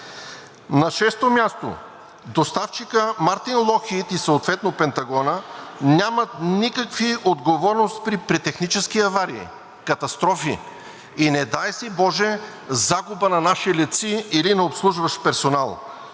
На шесто място, доставчикът „Локхийд Мартин“ и съответно Пентагонът нямат никаква отговорност при технически аварии, катастрофи и не дай си боже, загуба на наши летци или на обслужващ персонал!